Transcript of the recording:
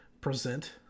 present